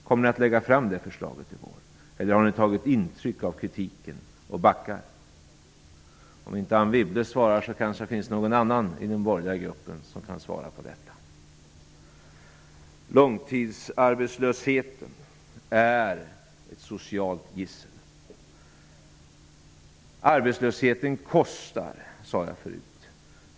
Kommer ni att lägga fram det förslaget i vår, eller har ni tagit intryck av kritiken och backar? Om inte Anne Wibble svarar kanske det finns någon annan i den borgerliga gruppen som kan göra det. Långtidsarbetslösheten är ett socialt gissel. Arbetslösheten kostar; det sade jag förut.